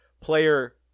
player